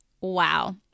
wow